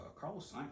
Carlos